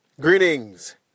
greetings